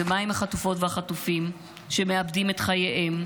ומה עם החטופות והחטופים שמאבדים את חייהם?